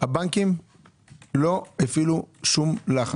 -- הבנקים לא הפעילו שום לחץ.